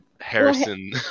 Harrison